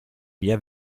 via